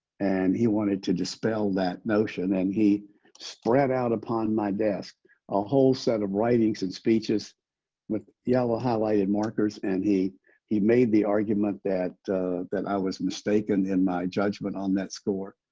and he wanted to dispel that notion. and he spread out upon my desk a whole set of writings and speeches with yellow highlighted markers and he he made the argument that that i was mistaken in my judgment on that score.